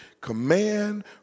command